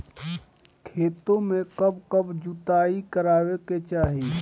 खेतो में कब कब जुताई करावे के चाहि?